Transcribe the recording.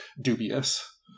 dubious